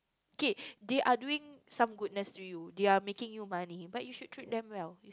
okay they are doing some goodness to you they are making you money but you should treat them well